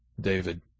David